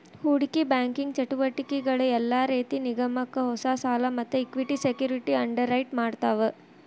ಹೂಡಿಕಿ ಬ್ಯಾಂಕಿಂಗ್ ಚಟುವಟಿಕಿಗಳ ಯೆಲ್ಲಾ ರೇತಿ ನಿಗಮಕ್ಕ ಹೊಸಾ ಸಾಲಾ ಮತ್ತ ಇಕ್ವಿಟಿ ಸೆಕ್ಯುರಿಟಿ ಅಂಡರ್ರೈಟ್ ಮಾಡ್ತಾವ